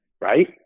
Right